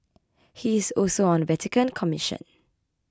he is also on a Vatican commission